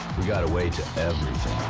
we got away to everything.